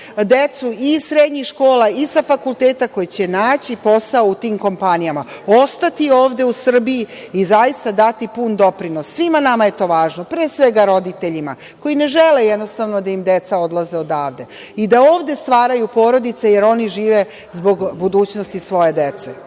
decu i iz srednjih škola i sa fakulteta, koji će naći posao u tim kompanijama, ostati ovde u Srbiji i zaista dati pun doprinos. Svima nama je to važno, pre svega roditeljima, koji ne žele jednostavno da im deca odlaze odavde i da ovde stvaraju porodice, jer oni žive zbog budućnosti svoje dece.